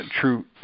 true